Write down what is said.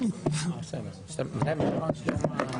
11:47.) מחדשים את הדיון.